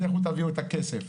לכו תביאו את הכסף.